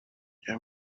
you